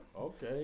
Okay